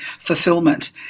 fulfillment